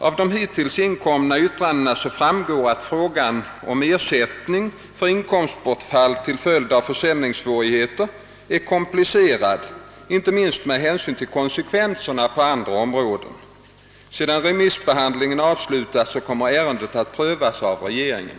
Av de hittills inkomna yttrandena framgår att frågan om ersättning för inkomstbortfall till följd av försäljningssvårigheter är komplicerad inte minst med hänsyn till konsekvenserna på andra områden. Sedan remissbehandlingen avslutats kommer ärendet att prövas av regeringen.